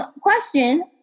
Question